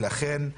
לכן,